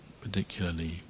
particularly